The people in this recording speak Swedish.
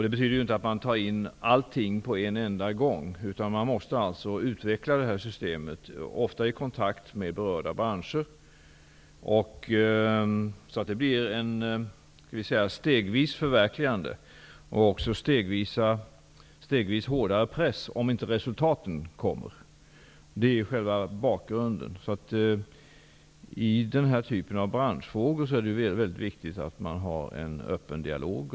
Det betyder inte att man tar in allt på en enda gång, utan man måste utveckla det här systemet, ofta i kontakt med berörda branscher. Det blir ett stegvis förverkligande och även stegvis hårdare press om inte resultaten kommer. Det är själva bakgrunden. I den här typen av branschfrågor är det mycket viktigt att man har en öppen dialog.